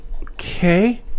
okay